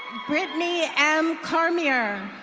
brittany m carmier.